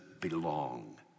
belong